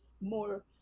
more